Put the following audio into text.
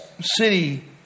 city